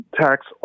tax